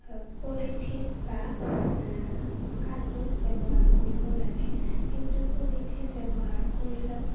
polythene বা কাগজ ব্যৱহাৰ কৰিব লাগে কিন্তু পলিথিন ব্যৱহাৰ কৰিলেওঁ